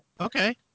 Okay